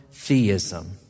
Theism